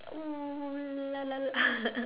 oo la la la